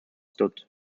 stood